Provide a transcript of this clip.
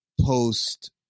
post